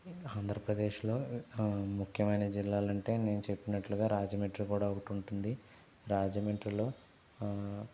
ఆంధ్రప్రదేశ్లో ముఖ్యమైన జిల్లాలంటే నేను చెప్పినట్లుగా రాజమండ్రి కూడా ఒకటి ఉంటుంది రాజమండ్రిలో